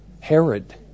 Herod